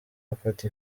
bafata